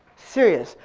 serious.